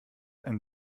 ein